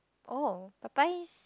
oh Popeye's